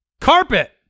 Carpet